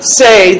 say